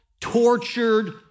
tortured